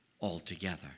altogether